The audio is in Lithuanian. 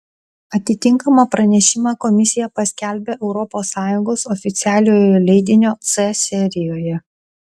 atitinkamą pranešimą komisija paskelbia europos sąjungos oficialiojo leidinio c serijoje